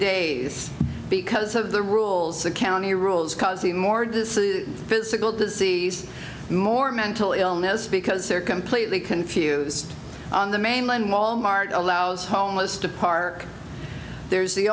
days because of the rules of county rules causing more dissolute physical disease more mental illness because they're completely confused on the main line wal mart allows homeless to park there is the